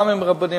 גם עם רבנים.